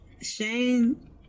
Shane